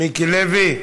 מיקי לוי,